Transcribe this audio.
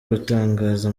gutangaza